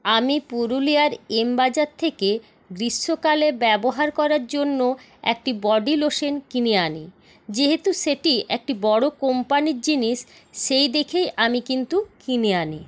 আমি পুরুলিয়ার এম বাজার থেকে গ্রীষ্মকালে ব্যবহার করার জন্য একটি বডি লোশন কিনে আনি যেহেতু সেটি একটি বড় কোম্পানির জিনিস সেই দেখেই আমি কিন্তু কিনে আনি